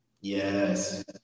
Yes